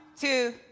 two